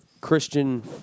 Christian